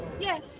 Yes